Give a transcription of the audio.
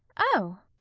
oh!